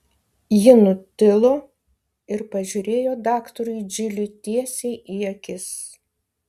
ji nutilo ir pažiūrėjo daktarui džiliui tiesiai į akis